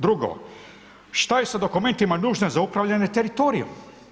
Drugo, što je sa dokumentima, nužne za upravljanje teritorijem.